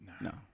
No